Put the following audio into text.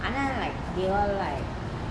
ஆனா:aana like they will like